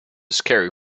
scary